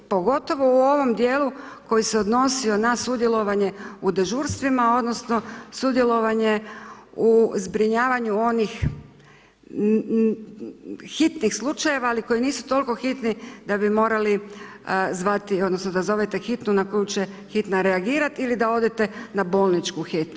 Pogotovo u ovom dijelu koji se odnosio na sudjelovanje u dežurstvima odnosno sudjelovanje u zbrinjavanju onih hitnih slučajeva, ali koji nisu toliko hitni da bi morali zvati odnosno da zovete hitnu na koju će hitna reagirati ili da odete na bolničku hitnu.